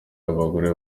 y’abagore